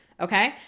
Okay